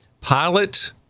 pilot